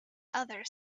other